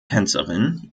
tänzerin